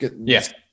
Yes